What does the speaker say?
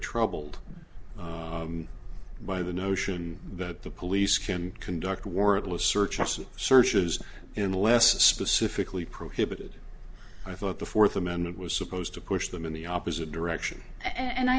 troubled by the notion that the police can conduct warrantless searches searches unless specifically prohibited i thought the fourth amendment was supposed to push them in the opposite direction and